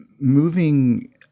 moving